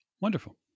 Wonderful